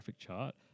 chart